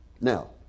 Now